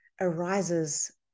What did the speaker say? arises